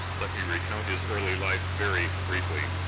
let me recount his early life very briefly.